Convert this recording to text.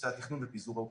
ופיזור האוכלוסייה.